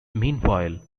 meanwhile